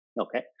Okay